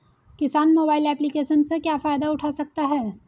किसान mobile application से क्या फायदा उठा सकता है?